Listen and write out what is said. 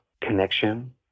connection